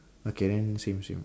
okay then same same